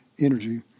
energy